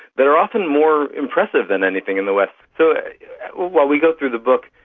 they are often more impressive than anything in the west. so while we go through the book,